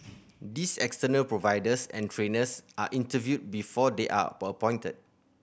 these external providers and trainers are interviewed before they are appointed